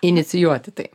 inicijuoti tai